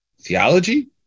Theology